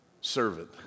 servant